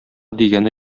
дигәне